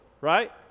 right